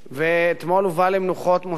ואתמול הובא למנוחות משה סילמן,